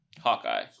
Hawkeye